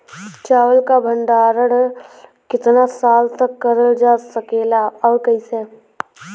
चावल क भण्डारण कितना साल तक करल जा सकेला और कइसे?